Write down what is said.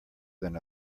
than